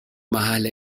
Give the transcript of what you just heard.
محل